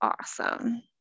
awesome